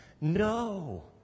No